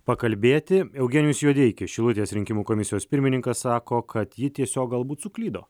pakalbėti eugenijus judeikis šilutės rinkimų komisijos pirmininkas sako kad ji tiesiog galbūt suklydo